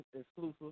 Exclusive